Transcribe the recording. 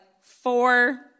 four